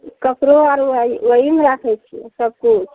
कपड़ो आर ओहिमे राखैत छियै सबकिछु